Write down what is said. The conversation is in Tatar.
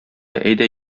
әйдә